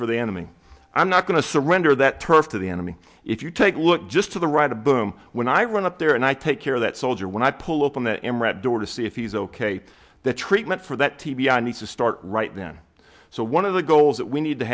for the enemy i'm not going to surrender that turf to the enemy if you take a look just to the right a boom when i run up there and i take care of that soldier when i pull up on the m red door to see if he's ok the treatment for that t b i needs to start right then so one of the goals that we need to